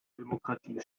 demokratie